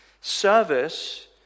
service